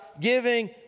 giving